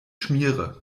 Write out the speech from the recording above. schmiere